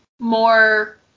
more